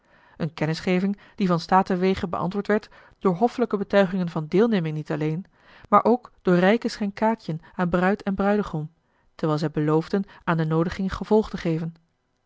eene kennisgeving die van statenwege beantwoord werd door hoffelijke betuigingen van deelneming niet alleen maar ook door rijke schenkaadjen aan bruid en bruidegom terwijl zij beloofden aan de noodiging gevolg te geven